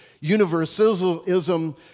Universalism